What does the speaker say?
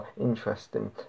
interesting